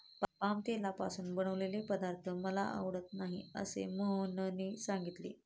palm तेलापासून बनवलेले पदार्थ मला आवडत नाहीत असे मोहनने सांगितले